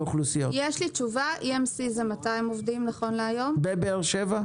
לגבי EMC נכון להיום יש להם 200 עובדים בבאר שבע.